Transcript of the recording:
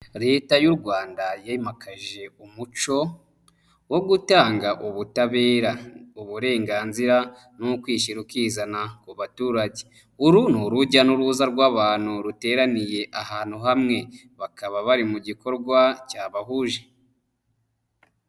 Leta y'u Rwanda yimakaje umuco wo gutanga ubutabera, uburenganzira n'ukwishyira ukizana ku baturage. Uru ni urujya n'uruza rw'abantu ruteraniye ahantu hamwe. Bakaba bari mu gikorwa cyabahuje.